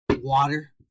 Water